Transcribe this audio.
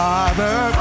Father